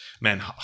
Man